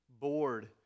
bored